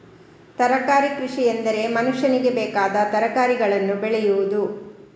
ತರಕಾರಿ ಕೃಷಿಎಂದರೆ ಮನುಷ್ಯನಿಗೆ ಬೇಕಾದ ತರಕಾರಿಗಳನ್ನು ಬೆಳೆಯುವುದು